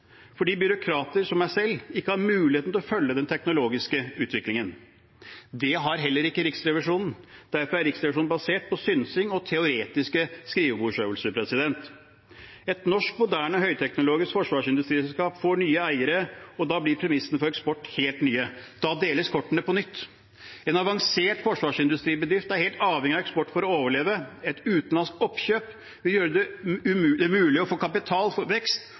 fordi byråkrater som meg selv ikke har mulighet til å følge den teknologiske utviklingen. Det har heller ikke Riksrevisjonen. Derfor er Riksrevisjonen basert på synsing og teoretiske skrivebordsøvelser. Et norsk moderne høyteknologisk forsvarsindustriselskap får nye eiere, og da blir premissene for eksport helt nye. Da deles kortene ut på nytt. En avansert forsvarsindustribedrift er helt avhengig av eksport for å overleve. Et utenlandsk oppkjøp vil gjøre det mulig å få kapital for vekst,